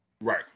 Right